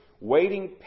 waiting